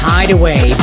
Hideaway